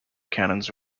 canons